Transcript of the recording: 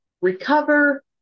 recover